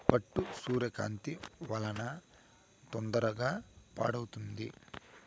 పట్టు సూర్యకాంతి వలన తొందరగా పాడవుతుంది